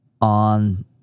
on